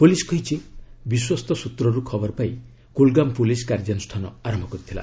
police କହିଛି ବିଶ୍ୱସ୍ତ ସୂତ୍ରରୁ ଖବର ପାଇ କୁଲ୍ଗାମ ପୁଲିସ୍ କାର୍ଯ୍ୟାନୁଷ୍ଠାନ ଆରମ୍ଭ କରିଥିଲା